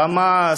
"חמאס",